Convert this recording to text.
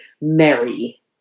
Mary